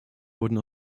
wurden